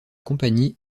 compagnie